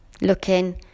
looking